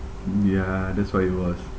ya that's why it was